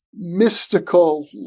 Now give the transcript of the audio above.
mystical